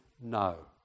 no